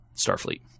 Starfleet